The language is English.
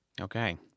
Okay